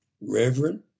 Reverend